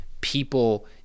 people